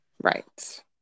right